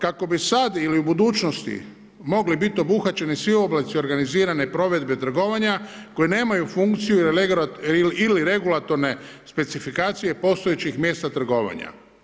Kako bi sada i u budućnosti moglo biti obuhvaćeni svi oblici organizirane provedbe trgovanja, koji nemaju funkciju ili regulatorne specifikacije postojećih mjesta trgovanja.